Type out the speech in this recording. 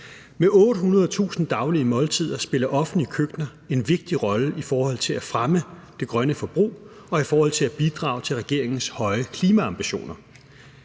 Med 800.000 daglige måltider spiller offentlige køkkener en vigtig rolle i forhold til at fremme det grønne forbrug og i forhold til at bidrage til regeringens høje klimaambitioner.